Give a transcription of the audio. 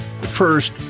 First